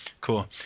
Cool